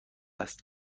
است